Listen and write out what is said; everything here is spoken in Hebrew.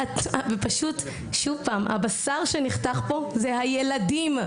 והבשר שנחתך פה, מי שנפגע, זה הילדים.